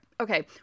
Okay